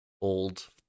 old